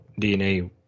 DNA